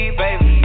baby